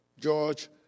George